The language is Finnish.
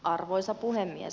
arvoisa puhemies